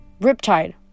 Riptide